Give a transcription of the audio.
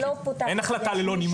אין החלטה ללא נימוק.